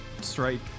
strike